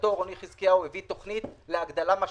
רוני חזקיהו הביא בשעתו תכנית להגדלה משמעותית,